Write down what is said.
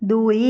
ଦୁଇ